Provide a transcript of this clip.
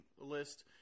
list